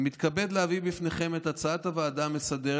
אני מתכבד להביא בפניכם את הצעת הוועדה המסדרת